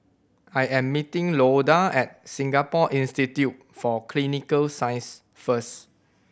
I am meeting Loda at Singapore Institute for Clinical Sciences first